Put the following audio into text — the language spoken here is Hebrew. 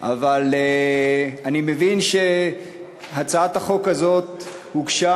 אבל אני מבין שהצעת החוק הזו הוגשה